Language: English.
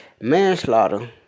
Manslaughter